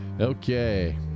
Okay